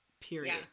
Period